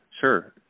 sure